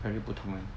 very 不同 eh